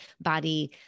body